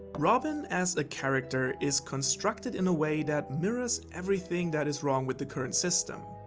robin as a character is constructed in a way, that mirrors everything that is wrong with the current system.